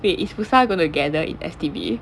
wait is fu shan going to gather in S_T_B